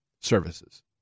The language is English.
services